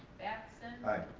batson? aye.